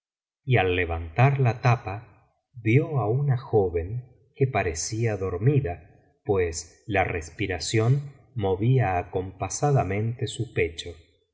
y al levantar la tapa vio á una joven que parecía dormida pues la respiración movía acompasadamente su pecho